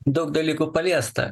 daug dalykų paliesta